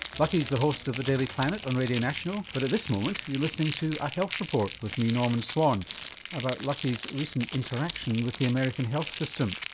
lucky's the host of the daily planet on radio national but at this moment you're listening to a health report with me norman swan about lucky's recent interaction with the american health system.